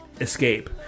Escape